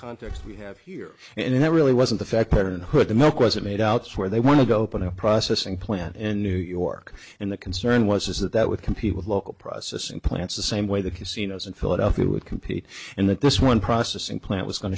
context we have here and that really wasn't affected and what the milk was it made outs where they want to go put a processing plant in new york and the concern was is that that would compete with local processing plants the same way the casinos in philadelphia would compete and that this one processing plant was going